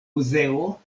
muzeo